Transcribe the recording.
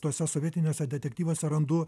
tuose sovietiniuose detektyvuose randu